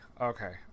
okay